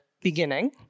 beginning